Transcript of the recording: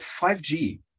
5G